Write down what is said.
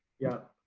yeah.